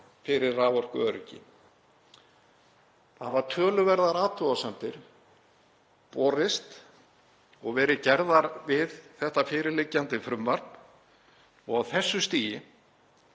fyrir raforkuöryggi. Það hafa töluverðar athugasemdir borist og verið gerðar við þetta fyrirliggjandi frumvarp og á þessu stigi